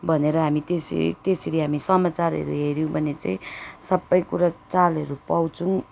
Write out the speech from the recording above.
भनेर हामी त्यसै त्यसरी हामी समाचारहरू हेऱ्यौँ भने चाहिँ सबै कुरो चालहरू पाउँछौँ